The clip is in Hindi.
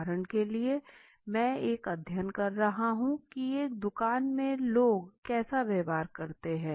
उदाहरण के लिए मैं एक अध्ययन कर रहा हूँ की एक दुकान में लोग कैसा व्यवहार करते हैं